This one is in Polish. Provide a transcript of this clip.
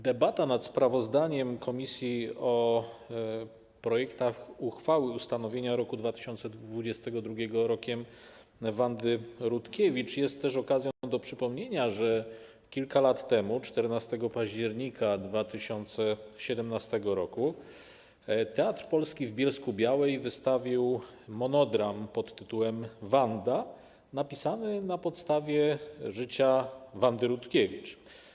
Debata nad sprawozdaniem komisji o projektach uchwał w sprawie ustanowienia roku 2022 Rokiem Wandy Rutkiewicz jest też okazją do przypomnienia, że kilka lat temu, 14 października 2017 r., Teatr Polski w Bielsku-Białej wystawił monodram pt. „Wanda” na podstawie życia Wandy Rutkiewicz.